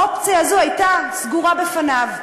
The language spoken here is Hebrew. האופציה הזו הייתה סגורה בפניו.